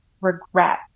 regret